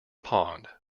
pond